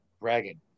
bragging